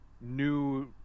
new